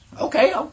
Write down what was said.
okay